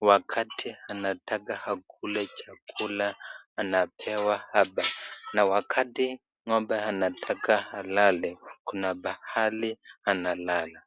wakati anapotaka akule chakula anapewa hapa na wakati ng'ombe anataka alale kuna pahali analala.